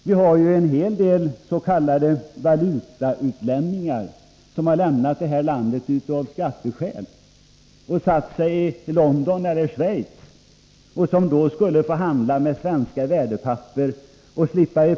Vi har ju en hel del s.k. valutautlänningar som har lämnat det här landet av skatteskäl och funnit för gott att bosätta sig i London eller i Schweiz.